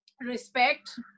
respect